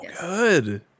good